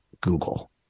Google